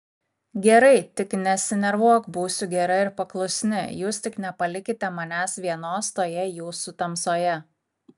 gerai tik nesinervuok būsiu gera ir paklusni jūs tik nepalikite manęs vienos toje jūsų tamsoje